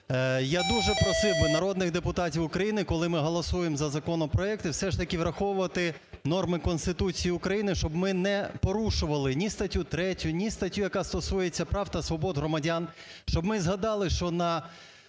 Я дуже просив би народних депутатів України, коли ми голосуємо за законопроекти, все ж таки враховувати норми Конституції України, щоб ми не порушували ні статтю 3, ні статтю, яка стосується прав та свобод громадян, щоб ми згадали, що на